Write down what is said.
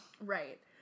right